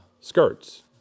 skirts